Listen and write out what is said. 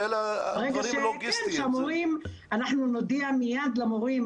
אנחנו נודיע מיד למורים.